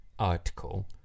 Article